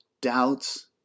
doubts